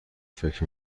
فکر